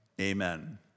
amen